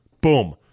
Boom